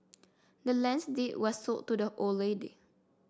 the land's deed was sold to the old lady